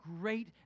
great